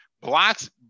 blocks